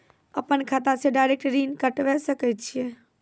अपन खाता से डायरेक्ट ऋण कटबे सके छियै?